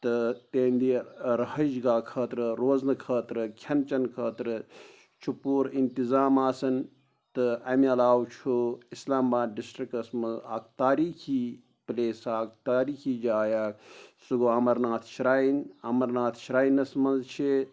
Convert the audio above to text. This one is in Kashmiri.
تہٕ تہِنٛدِ رَہٲش گاہ خٲطرٕ روزنہٕ خٲطرٕ کھٮ۪ن چٮ۪ن خٲطرٕ چھُ پوٗر اِنتظام آسان تہٕ اَمہِ علاو چھُ اِسلام آباد ڈِسٹِرٛکَس منٛز اَکھ تٲریٖخی پٕلیس اَکھ تٲریٖخی جاے اَکھ سُہ گوٚو اَمَرناتھ شرٛاین اَمَرناتھ شرٛاینَس منٛز چھِ